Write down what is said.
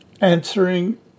answering